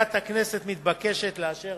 מליאת הכנסת מתבקשת לאשר